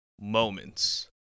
moments